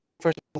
first